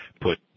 put